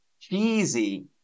cheesy